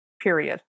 period